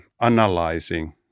analyzing